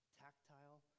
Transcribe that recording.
tactile